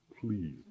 Please